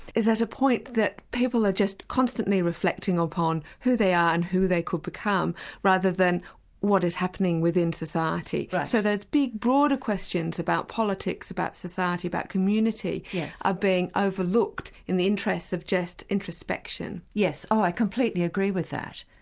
is at a point that people are just constantly reflecting upon who they are and who they could become rather than what is happening within society. right. so those big broader questions about politics, about society, about community are being overlooked in the interest of just introspection. yes, oh i completely agree with that.